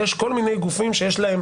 יש כל מיני גופים שיש להם